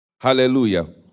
Hallelujah